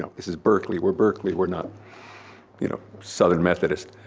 um this is berkeley, we're berkeley, we're not you know, southern methodist.